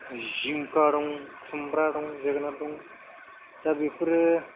जिंखा दं खुमब्रा दं जोगोनाद दं दा बेफोरो